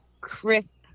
crisp